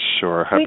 Sure